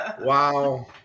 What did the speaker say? Wow